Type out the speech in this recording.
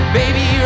baby